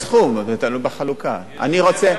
אני רוצה, בפסח יצא 40 שקלים לנפש.